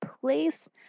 place